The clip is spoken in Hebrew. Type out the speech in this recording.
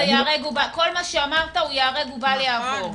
כל מה שאמרת הוא ייהרג ובל יעבור.